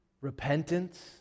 repentance